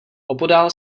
opodál